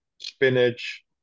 spinach